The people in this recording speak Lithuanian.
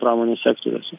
pramonės sektoriuose